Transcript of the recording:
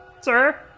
Sir